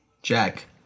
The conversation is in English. Jack